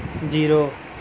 zero